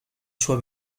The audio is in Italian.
sua